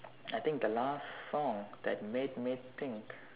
I think the last song that made me think